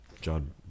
John